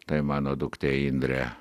tai mano duktė indrė